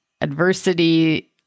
adversity